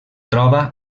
troba